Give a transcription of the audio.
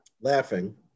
laughing